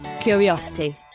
curiosity